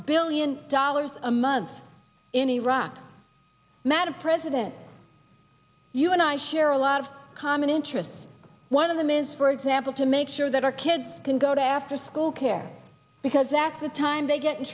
billion dollars a month in iraq madam president you and i share a lot of common interests one of them is for example to make sure that our kids can go to after school care because that's the time they get in